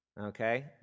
okay